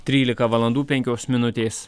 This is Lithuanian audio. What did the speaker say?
trylika valandų penkios minutės